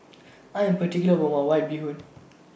I Am particular about My White Bee Hoon